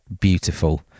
Beautiful